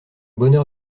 bonheur